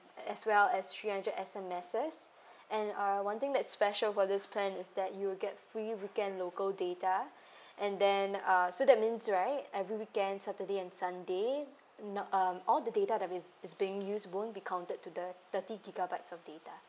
as well as three hundred S_M_S and uh one thing that's special for this plan is that you'll get free weekend local data and then uh so that means right every weekend saturday and sunday not um all the data that is is being used won't be counted to the thirty gigabytes of data